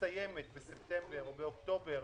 מסתיימת בספטמבר או באוקטובר